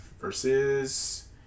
versus